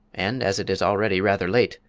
and as it is already rather late,